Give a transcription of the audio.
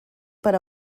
per